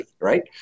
right